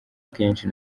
akenshi